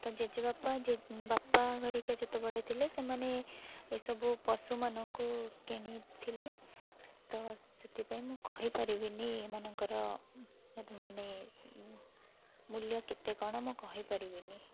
ତ ଜେଜେବାପା ବାପା ହେରିକା ଯେତେବେଳେ ଥିଲେ ସେମାନେ ଏସବୁ ପଶୁମାନଙ୍କୁ କିଣିଥିଲେ ତ ସେଥିପାଇଁ ମୁଁ କହିପାରିବିନି ଏମାନଙ୍କର ମାନେ ମୂଲ୍ୟ କେତେ କଣ ମୁଁ କହିପାରିବିନି